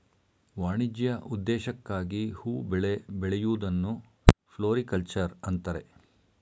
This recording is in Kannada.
ವಾಣಿಜ್ಯ ಉದ್ದೇಶಕ್ಕಾಗಿ ಹೂ ಬೆಳೆ ಬೆಳೆಯೂದನ್ನು ಫ್ಲೋರಿಕಲ್ಚರ್ ಅಂತರೆ